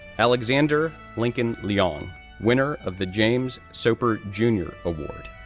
alexander lincoln leong, ah and winner of the james soper jr. award,